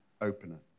opener